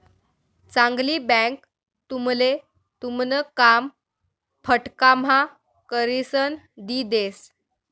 चांगली बँक तुमले तुमन काम फटकाम्हा करिसन दी देस